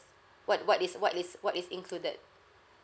what what is what is what is included